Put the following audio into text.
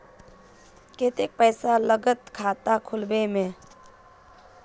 केते पैसा लगते खाता खुलबे में?